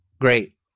Great